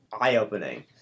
eye-opening